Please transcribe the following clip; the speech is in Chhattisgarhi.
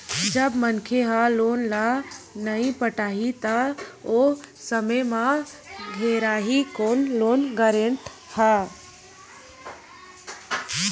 जब मनखे ह लोन ल नइ पटाही त ओ समे म घेराही कोन लोन गारेंटर ह